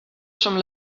some